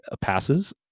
passes